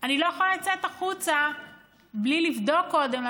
אני לא יכול לצאת החוצה בלי לבדוק קודם,